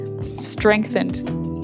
strengthened